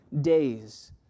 days